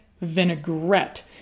vinaigrette